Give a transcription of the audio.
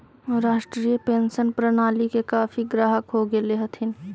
राष्ट्रीय पेंशन प्रणाली के काफी ग्राहक हो गेले हथिन